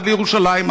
עד לירושלים,